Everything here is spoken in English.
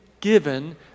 given